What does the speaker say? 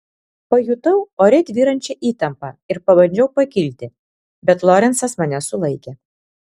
pajutau ore tvyrančią įtampą ir pabandžiau pakilti bet lorencas mane sulaikė